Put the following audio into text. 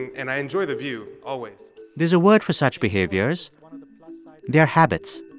and i enjoy the view, always there's a word for such behaviors they're habits.